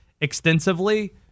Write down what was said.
extensively